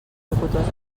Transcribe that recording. locutors